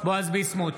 בועז ביסמוט,